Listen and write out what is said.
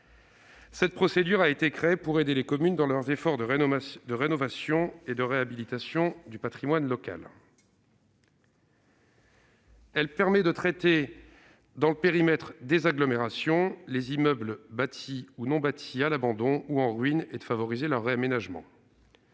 Cette procédure a été créée pour aider les communes dans leurs efforts de rénovation et de réhabilitation du patrimoine local. Elle permet de traiter, dans le périmètre des agglomérations, les immeubles bâtis ou non bâtis à l'abandon ou en ruine et de favoriser leur réaménagement.